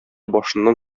башыннан